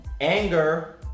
anger